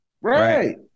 Right